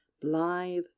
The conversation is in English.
blithe